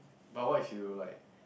but what if you like